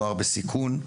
נוער בסיכון,